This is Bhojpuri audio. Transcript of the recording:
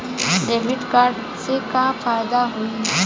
डेबिट कार्ड से का फायदा होई?